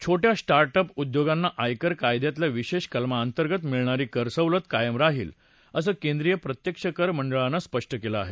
छोटया start up उद्योगांना आयकर कायद्यातल्या विशेष कलमाअंतर्गत मिळणारी कर सवलत कायम राहील असं केंद्रिय प्रत्यक्ष कर मंडळानं स्पष्ट केलं आहे